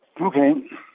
Okay